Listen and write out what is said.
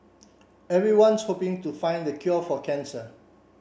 everyone's hoping to find the cure for cancer